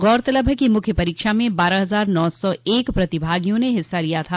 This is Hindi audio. गौरतलब है कि मुख्य परीक्षा में बारह हजार नौ सौ एक प्रतिभागियों ने हिस्सा लिया था